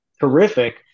terrific